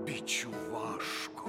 bičių vašku